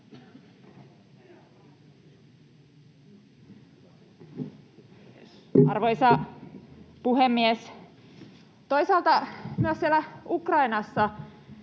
Arvoisa puhemies! Toisaalta myös siellä Ukrainassa